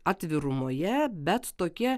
atvirumoje bet tokie